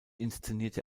inszenierte